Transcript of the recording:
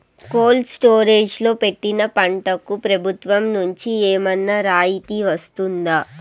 Cold storage లో పెట్టిన పంటకు ప్రభుత్వం నుంచి ఏమన్నా రాయితీ వస్తుందా?